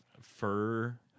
fur